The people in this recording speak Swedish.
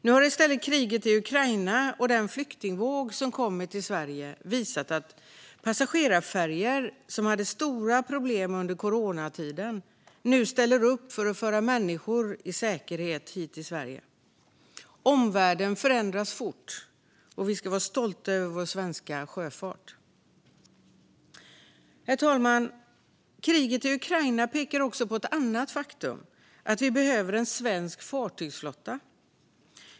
Nu har i stället kriget i Ukraina och den flyktingvåg som kommer till Sverige visat att passagerarfärjor, som hade stora problem under coronatiden, ställer upp för att föra människor i säkerhet hit till Sverige. Omvärlden förändras fort, och vi ska vara stolta över vår svenska sjöfart. Herr talman! Kriget i Ukraina pekar också på ett annat faktum: att vi behöver en svensk fartygsflotta.